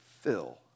fill